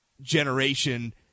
generation